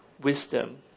wisdom